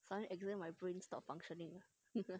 suddenly exam my brains stop functioning